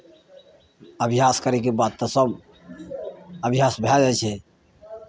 अभ्यास करयके बाद तऽ सभ अभ्यास भए जाइ छै